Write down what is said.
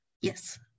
Yes